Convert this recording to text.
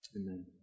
amen